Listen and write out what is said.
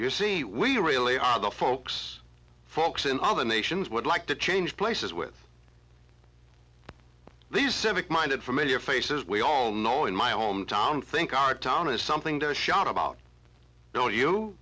you see we really are the folks folks in other nations would like to change places with these civic minded familiar faces we all know in my hometown think our town has something to shout about